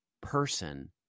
person